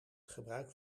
gebruikt